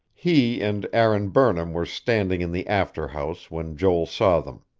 he and aaron burnham were standing in the after house when joel saw them.